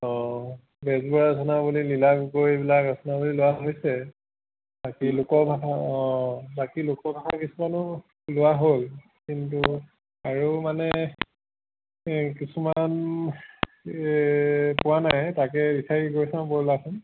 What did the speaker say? অঁ ৰচনাৱলী লীলা গগৈ এইবিলাক ৰচনাৱলী লোৱা হৈছে বাকী লোকভাষা অঁ বাকী লোকভাষাৰ কিছুমানো লোৱা হ'ল কিন্তু আৰু মানে এই কিছুমান এই পোৱা নাই তাকে বিচাৰি গৈ চাওঁ ব'লাচোন